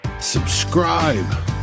subscribe